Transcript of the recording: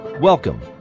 Welcome